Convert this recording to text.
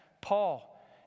Paul